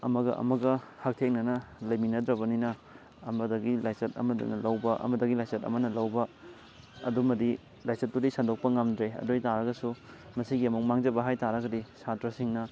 ꯑꯃꯒ ꯑꯃꯒ ꯍꯛꯊꯦꯡꯅꯅ ꯂꯩꯃꯤꯟꯅꯗ꯭ꯔꯕꯅꯤꯅ ꯑꯃꯗꯒꯤ ꯂꯥꯏꯆꯠ ꯑꯃꯗꯨꯅ ꯂꯧꯕ ꯑꯃꯗꯒꯤ ꯂꯥꯏꯆꯠ ꯑꯃꯅ ꯂꯧꯕ ꯑꯗꯨꯃꯗꯤ ꯂꯥꯏꯆꯠꯇꯨꯗꯤ ꯁꯟꯗꯣꯛꯄ ꯉꯝꯗ꯭ꯔꯦ ꯑꯗꯨ ꯑꯣꯏꯇꯥꯔꯒꯁꯨ ꯃꯁꯤꯒꯤ ꯑꯃꯨꯛ ꯃꯥꯡꯖꯕ ꯍꯥꯏꯇꯥꯔꯒꯗꯤ ꯁꯥꯇ꯭ꯔꯁꯤꯡꯅ